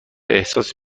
احساس